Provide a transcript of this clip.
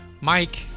Mike